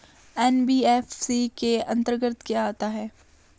NBFC के अंतर्गत क्या आता है?